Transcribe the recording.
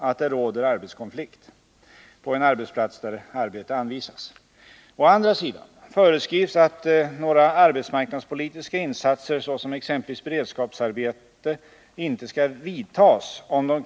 Här skulle anledningen vara att arbetsförmedlingen i mitten av april inte lämnade skriftligt besked om beredskapsarbetets förlängning.